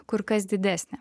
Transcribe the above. kur kas didesnė